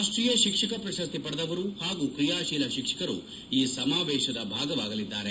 ರಾಷ್ಟೀಯ ಶಿಕ್ಷಕ ಪ್ರಶಸ್ತಿ ಪಡೆದವರು ಹಾಗೂ ಕ್ರಿಯಾಶೀಲ ಶಿಕ್ಷಕರು ಈ ಸಮಾವೇಶದ ಭಾಗವಾಗಲಿದ್ದಾರೆ